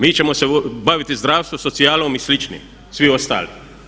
Mi ćemo se baviti zdravstvom, socijalom i sličnim svi ostali.